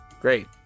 Great